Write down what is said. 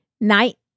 Night